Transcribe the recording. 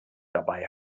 dabei